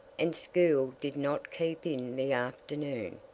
and school did not keep in the afternoon.